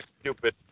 stupid